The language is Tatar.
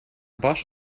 баш